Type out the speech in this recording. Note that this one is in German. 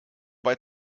bei